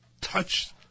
touch